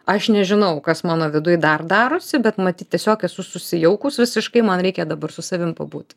aš nežinau kas mano viduj dar darosi bet matyt tiesiog esu susijaukus visiškai man reikia dabar su savim pabūt